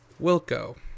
Wilco